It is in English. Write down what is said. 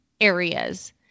areas